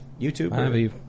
YouTube